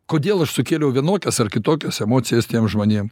kodėl aš sukėliau vienokias ar kitokias emocijas tiem žmonėm